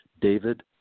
david